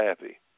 happy